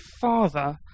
father